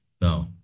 No